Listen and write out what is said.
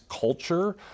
culture